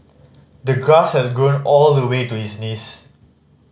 the grass has grown all the way to his knees